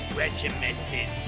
regimented